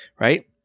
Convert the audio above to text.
right